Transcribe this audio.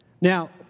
Now